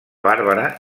bàrbara